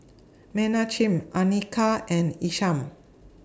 Menachem Anika and Isham